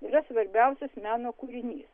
yra svarbiausias meno kūrinys